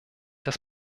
das